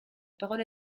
parole